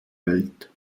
welt